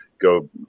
Go